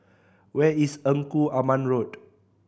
where is Engku Aman Road